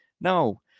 No